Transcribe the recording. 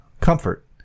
comfort